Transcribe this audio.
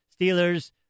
Steelers